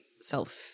self